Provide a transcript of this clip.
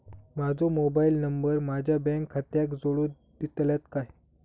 माजो mobile number माझ्या bank खात्याक जोडून दितल्यात काय?